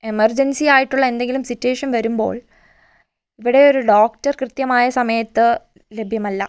emergency ആയിട്ടുള്ള എന്തെങ്കിലും situation വരുമ്പോൾ ഇവിടെ ഒരു ഡോക്ടർ കൃത്യമായ സമയത്ത് ലഭ്യമല്ല